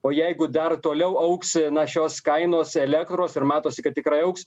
o jeigu dar toliau augs na šios kainos elektros ir matosi kad tikrai augs